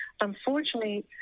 Unfortunately